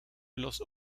los